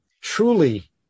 truly